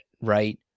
right